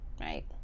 Right